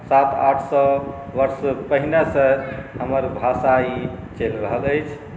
सात आठ सए वर्ष पहिनेसँ हमर भाषा ई चलि रहल अछि